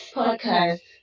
podcast